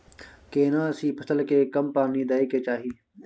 केना सी फसल के कम पानी दैय के चाही?